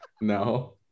No